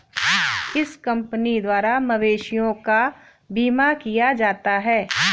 इस कंपनी द्वारा मवेशियों का बीमा किया जाता है